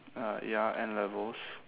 uh ya N levels